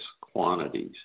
quantities